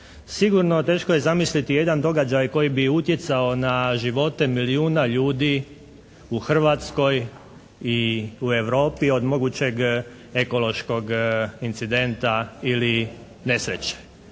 Sigurno teško je zamisliti jedan događaj koji bi utjecao na živote milijuna ljudi u Hrvatskoj i u Europi od mogućeg ekološkog incidenta ili nesreće.